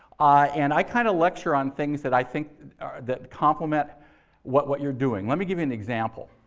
and i kind of lecture on things that i think that complement what what you're doing. let me give you an example.